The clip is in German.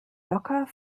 locker